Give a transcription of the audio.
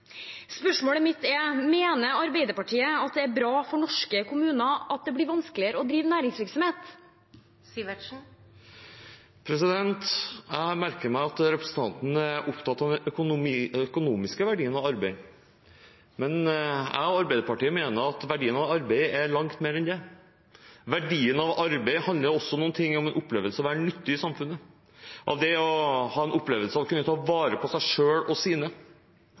Spørsmålet mitt er: Mener Arbeiderpartiet at det er bra for norske kommuner at det blir vanskeligere å drive næringsvirksomhet? Jeg merker meg at representanten er opptatt av den økonomiske verdien ved arbeid. Men jeg – og Arbeiderpartiet – mener at verdien av arbeid er langt mer enn det. Verdien av arbeid handler også om en opplevelse av å være nyttig i samfunnet, en opplevelse av å kunne ta vare på seg selv og sine.